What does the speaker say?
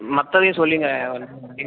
மற்றதையும் சொல்லுங்கள்